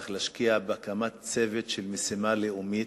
צריך להשקיע בהקמת צוות של משימה לאומית,